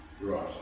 Right